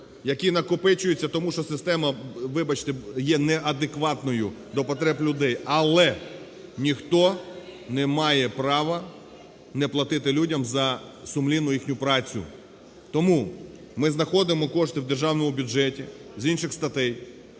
які накопичуються, тому що система, вибачте, є неадекватною до потреб людей. Але ніхто не має права не платити людям за сумлінну їхню працю. Тому ми знаходимо кошти в державному бюджеті з інших статей,